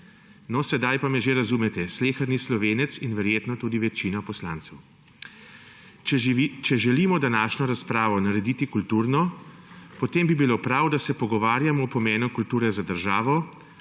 No, sedaj pa me že razumete, sleherni Slovenec in verjetno tudi večina poslancev. Če želimo današnjo razpravo narediti kulturno, potem bi bilo prav, da se pogovarjamo o pomenu kulture za državo,